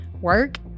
work